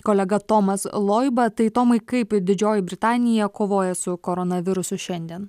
kolega tomas loiba tai tomai kaip didžioji britanija kovoja su koronavirusu šiandien